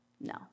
no